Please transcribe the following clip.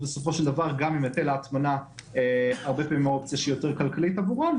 גם אם היטל ההטמנה הוא הרבה פעמים אופציה יותר כלכלית עבורן.